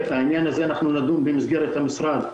בעניין הזה אנחנו נדון במסגרת המשרד,